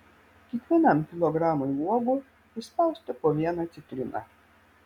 kiekvienam kilogramui uogų įspausti po vieną citriną